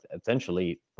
essentially